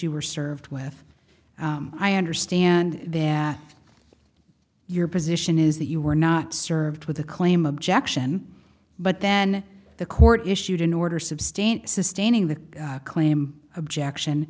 you were served with i understand there your position is that you were not served with a claim objection but then the court issued an order substantial sustaining the claim objection